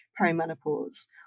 perimenopause